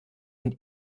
und